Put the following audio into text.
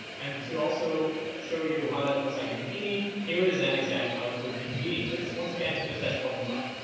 and to also show you how that looks like in houdini here is that exact output in houdini, so just once again, just that point cloud.